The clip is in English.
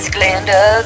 Glenda